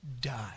done